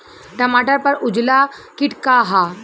टमाटर पर उजला किट का है?